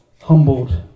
humbled